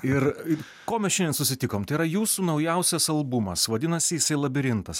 ir ko mes šiandien susitikom tai yra jūsų naujausias albumas vadinasi jisai labirintas